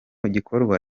gikorwa